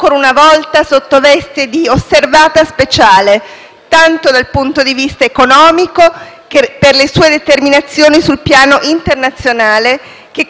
per le sue determinazioni sul piano internazionale che costruiscono una sorta di Torre di Babele che getta una luce inquietante sul Paese.